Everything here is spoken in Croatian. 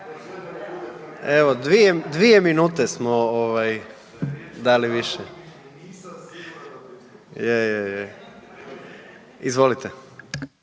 Evo dvije minute smo dali više. Izvolite.